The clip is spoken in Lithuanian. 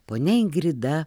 ponia ingrida